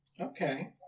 Okay